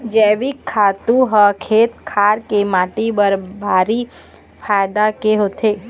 जइविक खातू ह खेत खार के माटी बर भारी फायदा के होथे